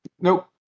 Nope